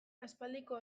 aspaldiko